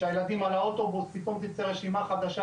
כשהילדים על האוטובוס פתאום תצא רשימה חדשה,